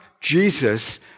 Jesus